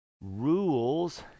Rules